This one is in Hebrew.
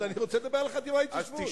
אני רוצה לדבר על החטיבה להתיישבות.